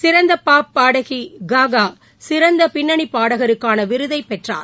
சிறந்த பாப் பாடகி காக சிறந்த பின்னணி பாடகருக்கான விருதை பெற்றார்